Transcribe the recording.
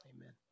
Amen